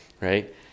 right